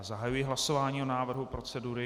Zahajuji hlasování o návrhu procedury.